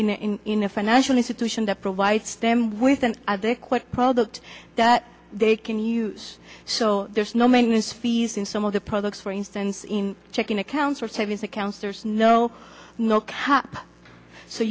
in a financial institution that provides them with an adequate product that they can use so there's no maintenance fees in some of the products for instance in checking accounts or